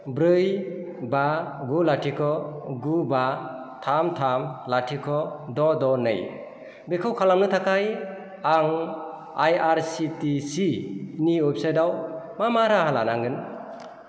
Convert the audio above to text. ब्रै बा गु लाथिख' गु बा थाम थाम लाथिख' द' द' नै बेखौ खालामनो थाखाय आं आइआरसिटिसिनि वेबसाइटआव मा मा राहा लानांगोन